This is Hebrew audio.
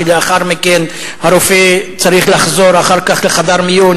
ולאחר מכן הרופא צריך לחזור לחדר מיון,